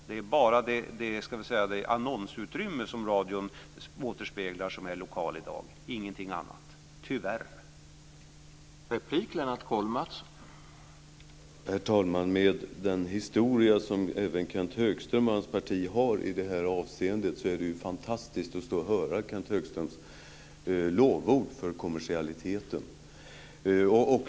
Det är bara det annonsutrymme som radion återspeglar som är lokalt i dag, ingenting annat. Tyvärr.